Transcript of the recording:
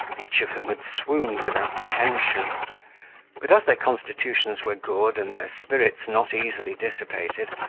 each of whom had swooned with apprehension but as their constitutions were good, and their spirits not easily dissipated,